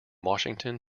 washington